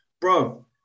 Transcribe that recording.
Bro